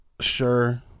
sure